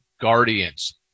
Guardians